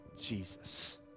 Jesus